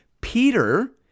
Peter